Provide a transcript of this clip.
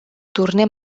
torner